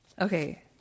okay